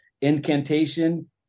incantation